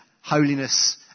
Holiness